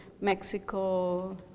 Mexico